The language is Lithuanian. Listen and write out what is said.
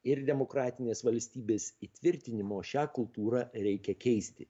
ir demokratinės valstybės įtvirtinimo šią kultūrą reikia keisti